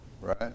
right